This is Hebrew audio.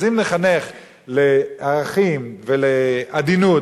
אז אם נחנך לערכים ולעדינות